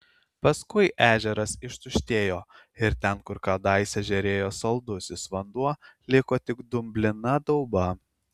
paskui ežeras ištuštėjo ir ten kur kadaise žėrėjo saldusis vanduo liko tik dumblina dauba